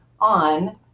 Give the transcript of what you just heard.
on